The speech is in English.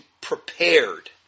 prepared